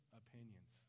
opinions